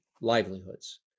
livelihoods